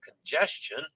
congestion